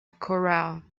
corral